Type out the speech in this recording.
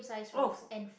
oh